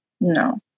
No